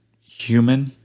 human